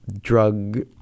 drug